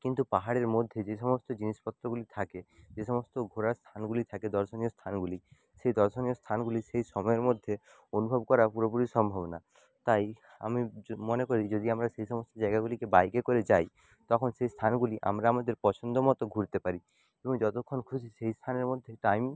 কিন্তু পাহাড়ের মধ্যে যে সমস্ত জিনিসপত্তগুলি থাকে যে সমস্ত ঘোরার স্থানগুলি থাকে দর্শনীয় স্থানগুলি সেই দর্শনীয় স্থানগুলি সেই সময়ের মধ্যে অনুভব করা পুরোপুরি সম্ভব না তাই আমি যো মনে করি যদি আমরা সেই সমস্ত জায়গাগুলিকে বাইকে করে যাই তখন সেই স্থানগুলি আমরা আমাদের পছন্দ মতো ঘুরতে পারি এবং যতোক্ষণ খুশি সেই স্থানের মধ্যে টাইম